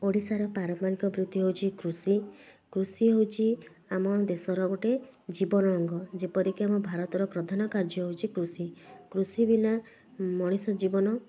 ଓଡ଼ିଶାର ପାରମ୍ପରିକ ବୃତ୍ତି ହେଉଛି କୃଷି କୃଷି ହେଉଛି ଆମ ଦେଶର ଗୋଟେ ଜୀବନ ଅଙ୍ଗ ଯେପରିକି ଆମ ଭାରତର ପ୍ରଧାନ କାର୍ଯ୍ୟ ହେଉଛି କୃଷି କୃଷି ବିନା ମଣିଷ ଜୀବନ